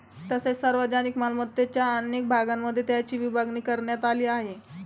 तसेच सार्वजनिक मालमत्तेच्या अनेक भागांमध्ये त्याची विभागणी करण्यात आली आहे